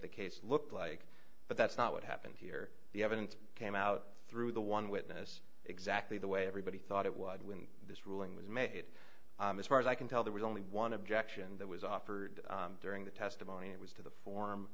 the case looked like but that's not what happened here the evidence came out through the one witness exactly the way everybody thought it would when this ruling was made as far as i can tell there was only one objection that was offered during the testimony it was to the form